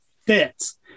fits